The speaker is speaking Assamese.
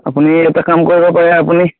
আপুনি এটা কাম কৰিব পাৰে আপুনি